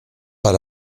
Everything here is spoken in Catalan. per